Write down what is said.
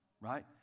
Right